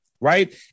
Right